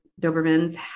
dobermans